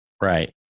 Right